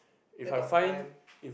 where got time